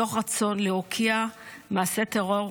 מתוך רצון להוקיע מעשי טרור,